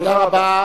תודה רבה.